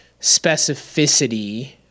specificity